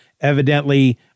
evidently